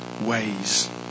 ways